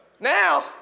Now